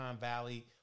Valley